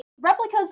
replicas